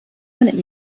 man